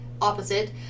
opposite